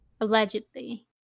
Allegedly